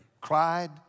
cried